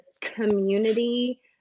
community